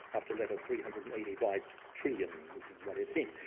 up to letter three hundred and eighty five trillion, which is what it seemed.